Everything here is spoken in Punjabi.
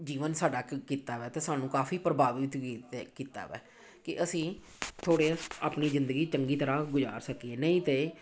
ਜੀਵਨ ਸਾਡਾ ਕ ਕੀਤਾ ਹੈ ਅਤੇ ਸਾਨੂੰ ਕਾਫ਼ੀ ਪ੍ਰਭਾਵਿਤ ਕੀਤਾ ਹੈ ਕਿ ਅਸੀਂ ਥੋੜ੍ਹੇ ਆਪਣੀ ਜ਼ਿੰਦਗੀ ਚੰਗੀ ਤਰ੍ਹਾਂ ਗੁਜ਼ਾਰ ਸਕੀਏ ਨਹੀਂ ਤਾਂ